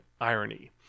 irony